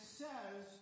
says